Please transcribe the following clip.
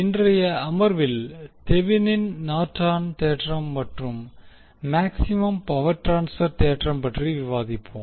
இன்றைய அமர்வில் தெவினின் நார்டன் தேற்றம் மற்றும் மேக்ஸிமம் பவர் ட்ரான்ஸ்பர் தேற்றம் பற்றி விவாதிப்போம்